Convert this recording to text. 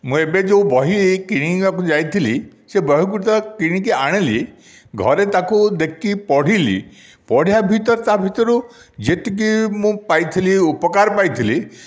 ମୁଁ ଏବେ ଯେଉଁ ବହି କିଣିବାକୁ ଯାଇଥିଲି ସେ ବହିକୁ ତ କିଣିକି ଆଣିଲି ଘରେ ତାକୁ ଦେଖି ପଢ଼ିଲି ପଢ଼ିବା ଭିତରେ ତା' ଭିତରୁ ଯେତିକି ମୁଁ ପାଇଥିଲି ଉପକାର ପାଇଥିଲି